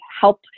help